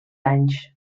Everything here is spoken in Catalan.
anys